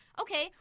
okay